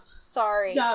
Sorry